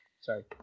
sorry